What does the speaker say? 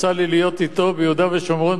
יצא לי להיות אתו ביהודה ושומרון,